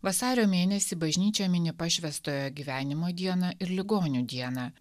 vasario mėnesį bažnyčia mini pašvęstojo gyvenimo dieną ir ligonių dieną